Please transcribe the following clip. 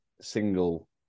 single